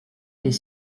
des